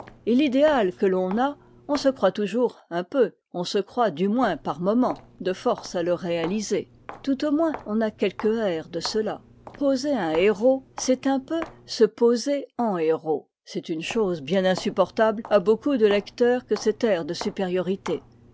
et l'idéal que l'on a on se croit toujours un peu on se croit du moins par moment de force à le réaliser tout au moins on a quelque air de cela poser un héros c'est un peu se poser en héros c'est une chose bien insupportable à beaucoup de lecteurs que cet air de supériorité